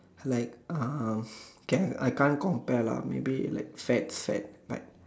like um okay I can't compare lah maybe like fat fat like